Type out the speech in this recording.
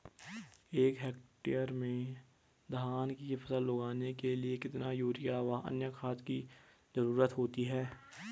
एक हेक्टेयर में धान की फसल उगाने के लिए कितना यूरिया व अन्य खाद की जरूरत होती है?